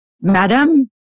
Madam